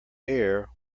air